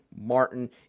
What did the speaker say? Martin